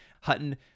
Hutton